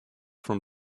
from